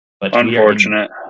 Unfortunate